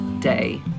day